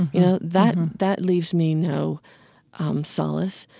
you know that that leaves me no solace.